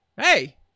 hey